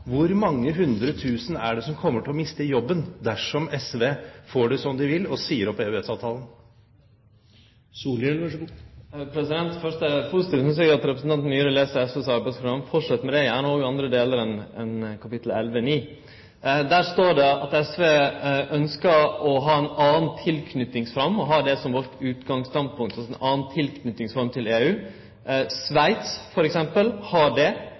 Hvor mange hundre tusen er det som kommer til å miste jobben dersom SV får det som de vil, og man sier opp EØS-avtalen? Først: Eg synest det er positivt at representanten Myhre les SVs arbeidsprogram. Han kan fortsetje med det – gjerne òg andre delar enn kapittel 11.9. Der står det at SV ønskjer å ha ei anna tilknytingsform til EU og har det som utgangsstandpunkt. Sveits, f.eks., har andre avtalar med EU.